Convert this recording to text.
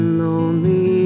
lonely